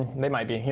they might be,